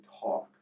talk